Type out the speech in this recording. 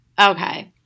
Okay